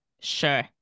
Sure